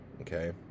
okay